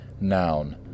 noun